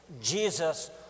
Jesus